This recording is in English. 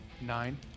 Nine